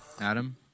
Adam